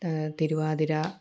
Thiruvathira